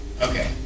Okay